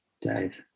Dave